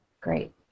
great